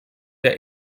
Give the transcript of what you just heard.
der